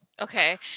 okay